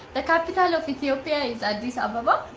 the capital of ethiopia is addis ababa.